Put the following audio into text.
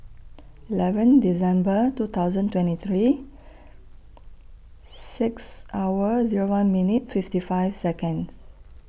eleven December two thousand twenty three six hours Zero one minutes fifty five Seconds